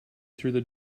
through